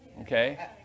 Okay